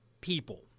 people